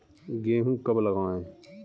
गेहूँ कब लगाएँ?